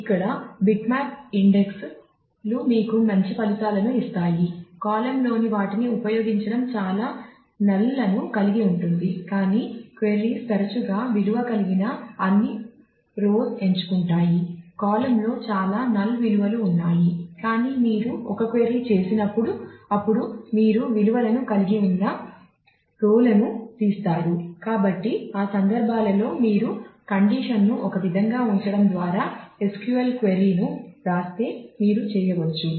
చిన్న శ్రేణి విలువలు ఉన్నాయి ఇక్కడ బిట్మ్యాప్ ఇండెక్స్ను ఒక విధంగా ఉంచడం ద్వారా SQL క్వెరీను వ్రాస్తే మీరు చేయవచ్చు